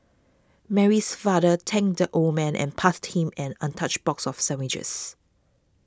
Mary's father thanked the old man and passed him an untouched box of sandwiches